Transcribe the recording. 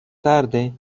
tarde